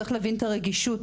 צריך להבין את הרגישות,